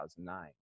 2009